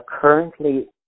currently